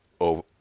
over